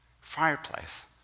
fireplace